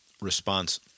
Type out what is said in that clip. response